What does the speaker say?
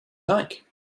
like